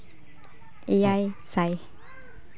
ᱮᱭᱟᱭ ᱥᱟᱭ